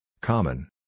Common